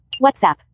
WhatsApp